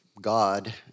God